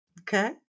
Okay